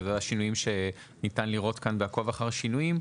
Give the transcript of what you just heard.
ואלה השינויים שניתן לראות כאן ב-"עקוב אחר שינויים",